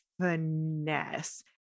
finesse